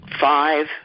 Five